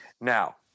Now